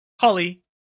Holly